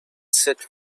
set